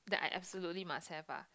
that I absolutely must have ah